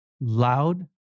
loud